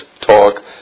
talk